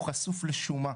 הוא חשוף לשומה.